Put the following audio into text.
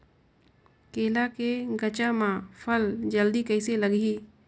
केला के गचा मां फल जल्दी कइसे लगही?